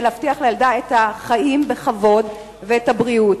להבטיח לילדה את החיים בכבוד ואת הבריאות.